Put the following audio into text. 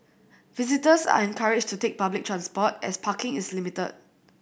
visitors are encouraged to take public transport as parking is limited